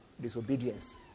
Disobedience